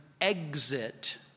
exit